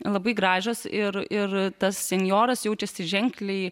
labai gražios ir ir tas senjoras jaučiasi ženkliai